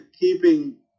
keeping